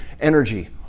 energy